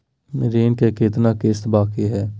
ऋण के कितना किस्त बाकी है?